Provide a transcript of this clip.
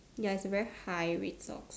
ya it's a very high red sock